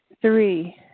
Three